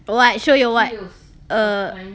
what show your what